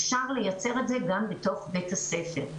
אפשר לייצר את זה גם בתוך בית הספר.